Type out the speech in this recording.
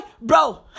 bro